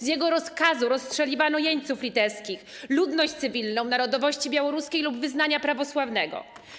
Z jego rozkazu rozstrzeliwano jeńców litewskich, ludność cywilną narodowości białoruskiej lub wyznania prawosławnego.